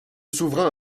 souverain